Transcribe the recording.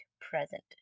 present